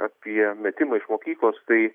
apie metimą iš mokyklos tai